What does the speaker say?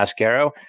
Mascaro